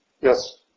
Yes